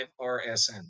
rsn